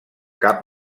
cap